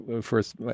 first